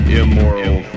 immoral